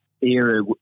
era